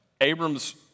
Abram's